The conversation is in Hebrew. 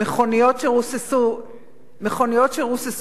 מכוניות שרוססו ונותצו.